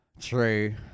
True